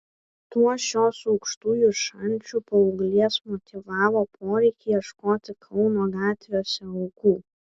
tuo šios aukštųjų šančių paauglės motyvavo poreikį ieškoti kauno gatvėse aukų